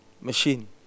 machine